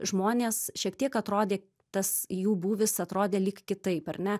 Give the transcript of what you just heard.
žmonės šiek tiek atrodė tas jų būvis atrodė lyg kitaip ar ne